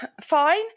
fine